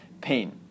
pain